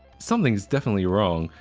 something's definitely wrong.